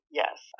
yes